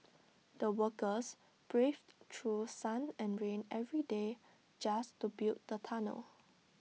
the workers braved through sun and rain every day just to build the tunnel